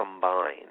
combine